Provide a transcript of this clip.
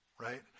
right